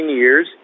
years